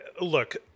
look